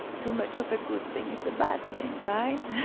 too much of a good thing, it's a bad thing, right?